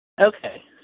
Okay